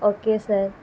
okay sir